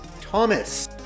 Thomas